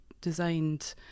designed